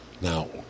Now